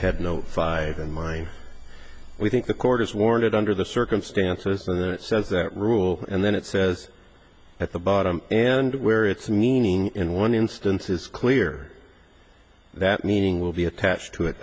had no five in mind we think the court is warranted under the circumstances that says that rule and then it says at the bottom and where it's meaning in one instance is clear that meeting will be attached to it